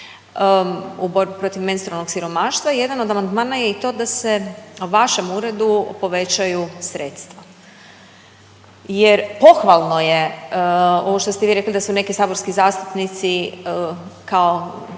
u borbi protiv menstrualnog siromaštva, jedan od amandmana je i to da se vašem uredu povećaju sredstva. Jer pohvalno je ovo što ste vi rekli da su neki saborski zastupnici kao